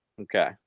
Okay